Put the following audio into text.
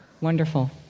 Wonderful